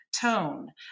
tone